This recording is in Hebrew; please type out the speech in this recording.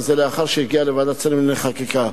וזה לאחר שהיא הגיעה לוועדת השרים לענייני חקיקה.